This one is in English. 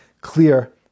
clear